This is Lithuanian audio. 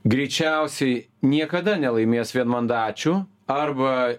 greičiausiai niekada nelaimės vienmandačių arba